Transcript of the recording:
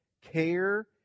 care